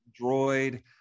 droid